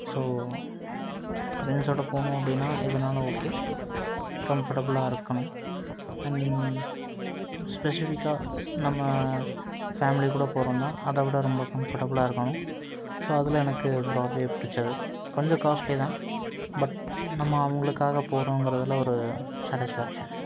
so ஃப்ரெண்ட்ஸோடு போகணும் அப்படின்னா எதுனாலும் ஓகே கம்ஃபர்டபிளா இருக்கணும் அண்ட் ஸ்பெசிஃபிக்காக நம்ம ஃபேம்லி கூட போறோம்னா அதை விட ரொம்ப கம்ஃபர்டபிளா இருக்கணும் ஸோ அதில் எனக்கு ப்ராட்வே பிடிச்சது கொஞ்சம் காஸ்ட்லி தான் பட் நம்ம அவங்களுக்காக போறோம்ங்கிறதுல ஒரு ஷேட்டிஷ்ஃபேக்ஷன்